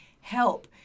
help